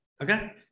Okay